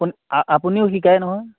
আপুন আপুনিও শিকাই নহয়